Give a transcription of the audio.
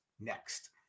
next